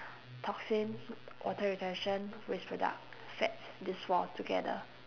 toxin water retention waste product fats these four together